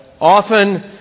often